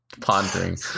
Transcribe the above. pondering